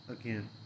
again